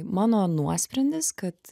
mano nuosprendis kad